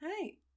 Hey